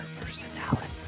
personality